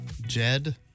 Jed